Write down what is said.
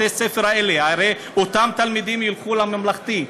בתי-הספר האלה, הרי אותם תלמידים ילכו לממלכתי.